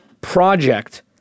project